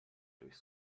durch